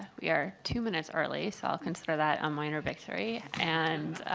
we are two minutes early. so, i'll consider that a minor victory. and